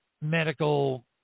medical